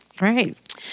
Right